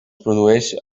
produeix